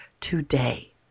today